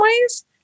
ways